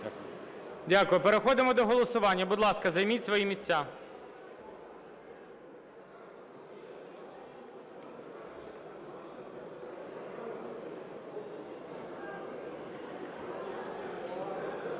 Дякую. Переходимо до голосування. Будь ласка, займіть свої місця. (Шум